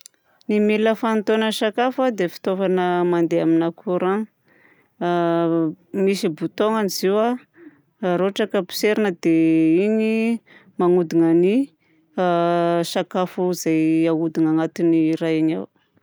Ny milina fanotoana sakafo a dia fitaovana mandeha amina courant. A misy bouton-ny izy io a raha ohatra ka potserina dia igny magnodina ny sakafo izay ahodina agnatin'ny raha igny ao.